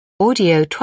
Audio